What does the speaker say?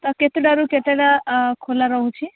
ତ କେତେଟାରୁ କେତେଟା ଅ ଖୋଲା ରହୁଛି